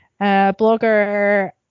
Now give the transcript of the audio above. blogger